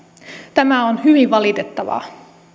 tämä on hyvin valitettavaa